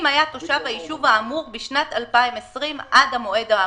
אם היה תושב היישוב האמור בשנת 2020 עד המועד האמור."